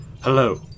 Hello